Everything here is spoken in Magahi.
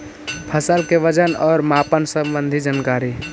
फसल के वजन और मापन संबंधी जनकारी?